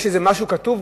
יש איזה משהו כתוב?